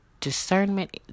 discernment